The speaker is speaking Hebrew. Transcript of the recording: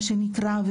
מה שנקרא,